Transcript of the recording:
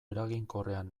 eraginkorrean